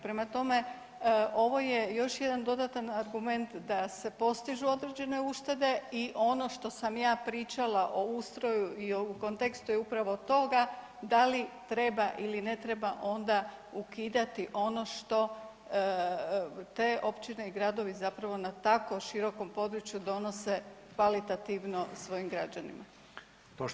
Prema tome, ovo je još jedan dodatan argument da se postižu određene uštede i ono što sam ja pričala o ustroju i o kontekstu je upravo toga, da li treba ili ne treba onda ukidati ono što te općine i gradovi, zapravo na tako širokom području donose kvalitativno svojim građanima.